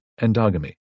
endogamy